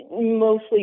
mostly